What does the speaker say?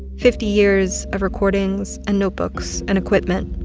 fifty years of recordings and notebooks and equipment.